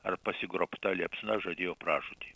ar pasigrobta liepsna žadėjo pražūtį